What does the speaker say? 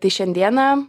tai šiandieną